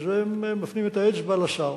הם מפנים את האצבע לשר.